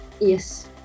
Yes